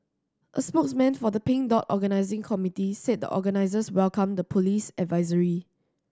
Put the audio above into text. a spokesman for the Pink Dot organising committee said the organisers welcomed the police advisory